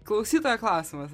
klausytojo klausimas